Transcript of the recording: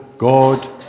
God